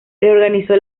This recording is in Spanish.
reorganizó